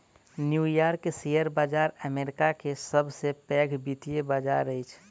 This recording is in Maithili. न्यू यॉर्क शेयर बाजार अमेरिका के सब से पैघ वित्तीय बाजार अछि